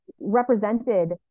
represented